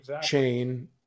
chain